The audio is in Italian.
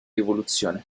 rivoluzione